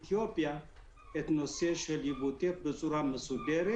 אתיופיה את נושא של יבוא הטף בצורה מסודרת.